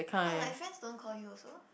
oh like friends don't call you also